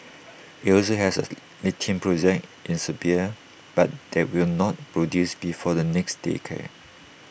IT also has A lithium project in Serbia but that will not produce before the next decade